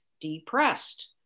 depressed